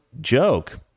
joke